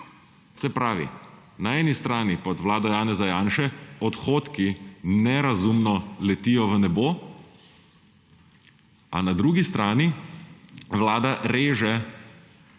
Se pravi, na eni strani pod vlado Janeza Janše odhodki nerazumno letijo v nebo, a na drugi strani Vlada reže